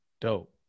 Dope